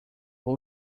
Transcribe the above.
vou